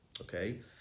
okay